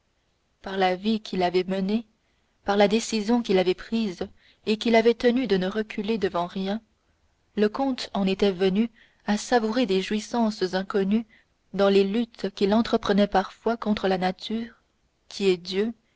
par la vie qu'il avait menée par la décision qu'il avait prise et qu'il avait tenue de ne reculer devant rien le comte en était venu à savourer des jouissances inconnues dans les luttes qu'il entreprenait parfois contre la nature qui est dieu